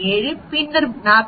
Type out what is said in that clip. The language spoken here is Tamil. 7 பின்னர் 41